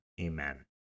Amen